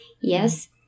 Yes